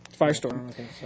firestorm